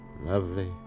Lovely